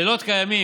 לילות כימים,